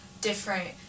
different